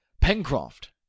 Pencroft